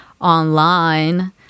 online